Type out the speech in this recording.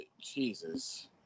Jesus